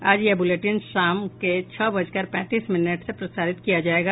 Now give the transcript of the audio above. आज यह बुलेटिन शाम के छह बजकर पैंतीस मिनट से प्रसारित किया जायेगा